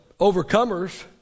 overcomers